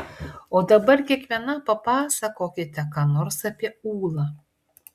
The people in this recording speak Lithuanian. o dabar kiekviena papasakokite ką nors apie ūlą